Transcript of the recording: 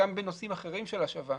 גם בנושאים אחרים של השבה,